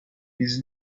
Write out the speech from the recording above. his